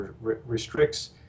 restricts